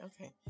Okay